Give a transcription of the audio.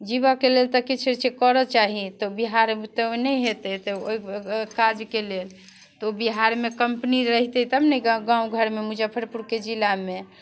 जीबयके लेल तऽ किछु किछु करऽ चाही तऽ बिहार तऽ नहि हेतै तऽ ओ ओ ओहि काजके लेल तऽ बिहारमे कम्पनी रहितै तब ने ग गाम घरमे मुजफ्फरपुरके जिलामे